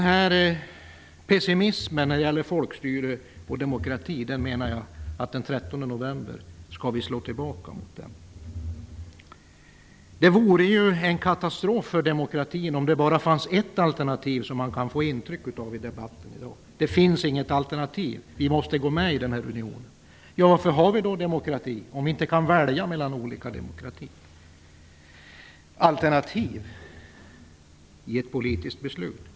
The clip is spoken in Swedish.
Pessimismen när det gäller folkstyre och demokrati skall vi slå tillbaka mot den 13 november. Det vore en katastrof för demokratin om det bara fanns ett alternativ - man kan få det intrycket i debatten i dag. Det finns inget alternativ, vi måste gå med i unionen. Har vi då demokrati om vi inte kan välja mellan olika demokratier?